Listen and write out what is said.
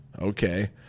Okay